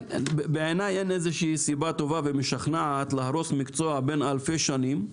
בעיניי אין שום סיבה טובה ומשכנעת להרוס מקצוע בן אלפי שנים,